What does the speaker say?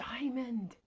diamond